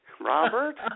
Robert